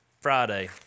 Friday